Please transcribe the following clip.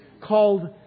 called